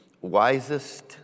wisest